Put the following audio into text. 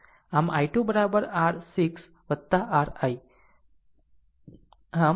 આમ I2 r 6 r I